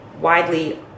widely